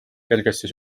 kergesti